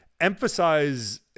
emphasize